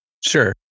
Sure